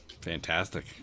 fantastic